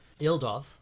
Ildov